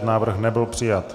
Návrh nebyl přijat.